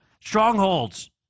strongholds